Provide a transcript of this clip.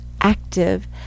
active